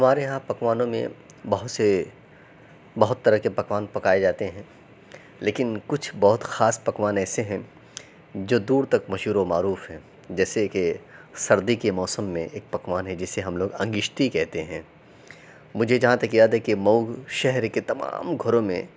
ہمارے یہاں پکوانوں میں بہت سے بہت طرح کے پکوان پکائے جاتے ہیں لیکن کچھ بہت خاص پکوان ایسے ہیں جو دور تک مشہور و معروف ہیں جیسے کہ سردی کے موسم میں ایک پکوان ہے جسے ہم لوگ انگشتی کہتے ہیں مجھے جہاں تک یاد ہے کہ مئو شہر کے تمام گھروں میں